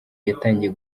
yatangiye